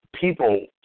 people